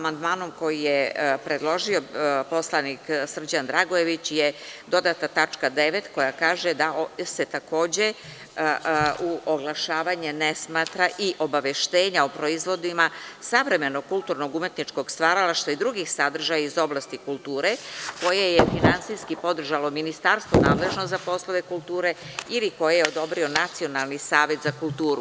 Amandmanom koji je predložio poslanik Srđan Dragojević je dodata tačka 9. koja kaže da se takođe u oglašavanju ne smatra i obaveštenja o proizvodima savremenog kulturno-umetničkog stvaralaštva i drugih sadržaja iz oblasti kulture koje je finansijski podržalo Ministarstvo nadležno za poslove kulture ili koje je odobrio Nacionalni savet za kulturu.